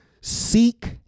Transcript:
Seek